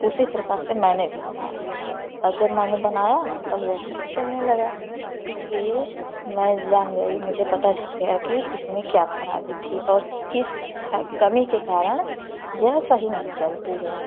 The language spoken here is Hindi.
उसी प्रकार से मैंने भी बनाया जब मैंने बनाया तब वह सही चलने लगा इसलिए मैं जान गई मुझे पता चल गया कि इसमें क्या खराबी थी और किस कमी के कारण यह सही नहीं चलती है